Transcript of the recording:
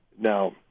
Now